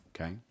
Okay